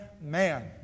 man